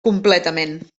completament